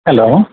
hello